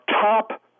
top